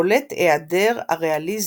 בולט העדר הריאליזם,